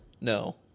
No